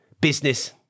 business